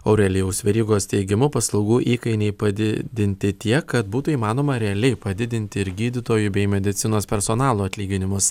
aurelijaus verygos teigimu paslaugų įkainiai padidinti tiek kad būtų įmanoma realiai padidinti ir gydytojų bei medicinos personalo atlyginimus